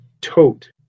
tote